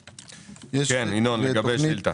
כן, ינון, לגבי השאילתה.